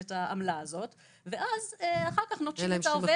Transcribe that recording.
את העובדים רק כדי לגרוף את העמלה הזאת ואחר כך נוטשים את העובד